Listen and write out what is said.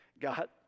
God